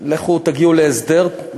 לכו תגיעו להסדר.